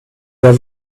der